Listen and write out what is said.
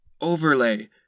Overlay